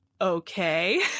okay